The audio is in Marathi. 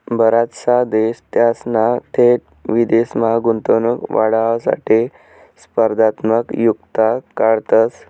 बराचसा देश त्यासना थेट विदेशमा गुंतवणूक वाढावासाठे स्पर्धात्मक युक्त्या काढतंस